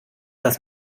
das